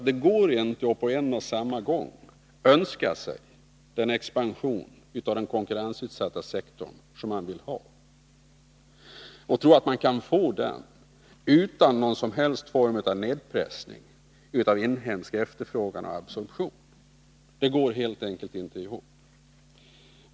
Det går inte att på en och samma gång önska sig den expansion av den konkurrensutsatta sektorn som man vill ha och tro att man kan få den utan någon som helst form av nedpressning av inhemsk efterfrågan och absorption. Det går helt enkelt inte ihop.